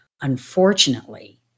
Unfortunately